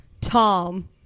Tom